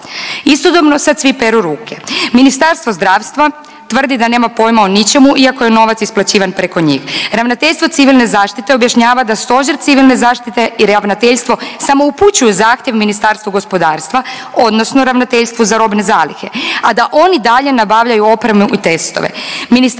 Istodobno sad svi peru ruke. Ministarstvo zdravstva tvrdi da nema pojma o ničemu iako je novac isplaćivan preko njih. Ravnateljstvo civilne zaštite objašnjava da Stožer civilne zaštite i ravnateljstvo samo upućuju zahtjev Ministarstvu gospodarstva odnosno Ravnateljstvu za robne zalihe, a da oni dalje nabavljaju opremu i testove.